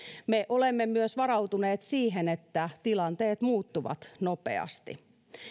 me olemme varautuneet myös siihen että tilanteet muuttuvat nopeasti